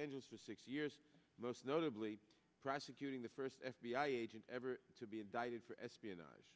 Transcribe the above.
angeles for six years most notably prosecuting the first f b i agent ever to be indicted for espionage